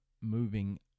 moving